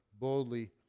boldly